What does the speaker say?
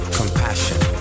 compassion